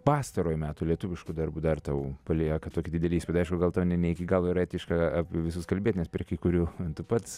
pastarojo meto lietuviškų darbų dar tau palieka tokį didelį įspūdį aišku gal tau ne ne iki galo yra etiška apie visus kalbėt nes prie kai kurių tu pats